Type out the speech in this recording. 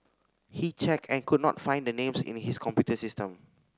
he checked and could not find the names in his computer system